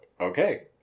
Okay